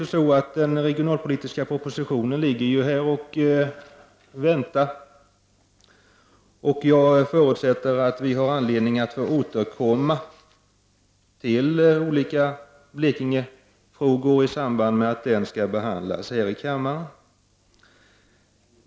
Den regionalpolitiska propositionen ligger och väntar. Jag förutsätter att vi får anledning att återkomma till olika Blekingefrågor i samband med att denna proposition skall behandlas här i kammaren.